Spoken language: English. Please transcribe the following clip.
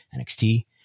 NXT